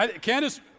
Candace